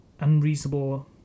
unreasonable